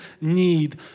need